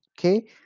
okay